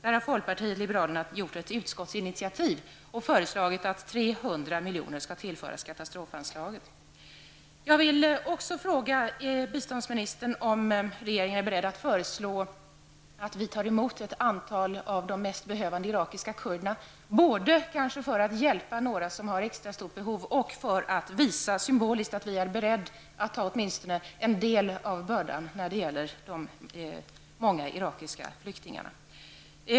Där har folkpartiet liberalerna tagit ett initiativ i utskottet och föreslagit att 300 milj.kr. skall tillföras katastrofanslaget. Jag vill också fråga biståndsministern om regeringen är beredd att föreslå att vi tar emot ett antal av de mest behövande irakiska kurderna, kanske både för att hjälpa några som har extra stort behov och för att symboliskt visa att vi är beredda att ta åtminstone en del av bördan när det gäller de många irakiska flyktingarna.